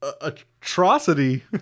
atrocity